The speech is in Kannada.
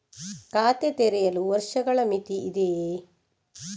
ಖಾತೆ ತೆರೆಯಲು ವರ್ಷಗಳ ಮಿತಿ ಇದೆಯೇ?